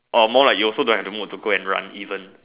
orh more like you also don't even have the mood to run even